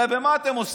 הרי במה אתם עוסקים?